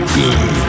good